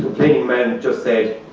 man just said,